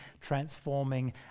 transforming